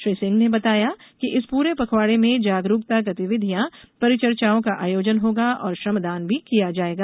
श्री सिंह ने बताया कि इस पूरे पखवाड़े में जागरूकता गतिविधियां परिचर्चाओं का आयोजन होगा और श्रमदान भी किया जाएगा